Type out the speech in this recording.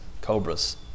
cobras